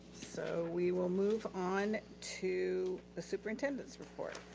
so we will move on to the superintendent's report.